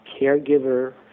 caregiver